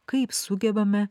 kaip sugebame